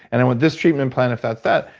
and i want this treatment plan if that's that,